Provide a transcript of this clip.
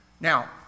Now